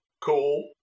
Cool